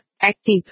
Active